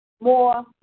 more